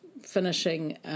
finishing